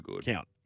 count